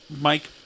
mike